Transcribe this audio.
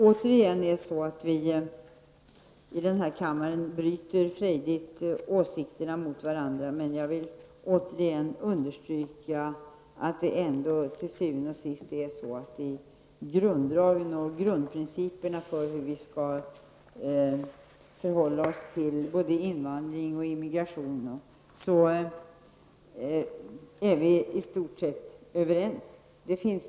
Vi har här i kammaren återigen frejdigt brutit åsikterna mot varandra, men jag vill understryka att grundprinciperna för hur vi skall förhålla oss till invandringen och flyktingströmmarna är vi i stort sett överens om.